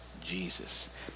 Jesus